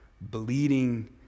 bleeding